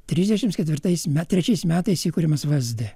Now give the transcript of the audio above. trisdešimt ketvirtais me trečiais metais įkuriamas vsd